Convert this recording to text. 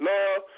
Love